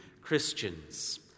Christians